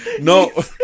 no